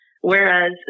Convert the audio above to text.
Whereas